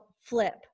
flip